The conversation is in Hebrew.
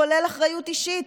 כולל אחריות אישית.